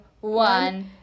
one